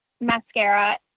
Mascara